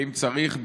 ואם צריך,